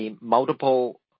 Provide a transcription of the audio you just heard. multiple